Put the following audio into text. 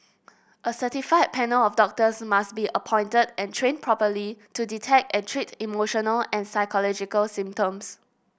a certified panel of doctors must be appointed and trained properly to detect and treat emotional and psychological symptoms